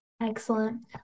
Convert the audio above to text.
Excellent